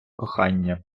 кохання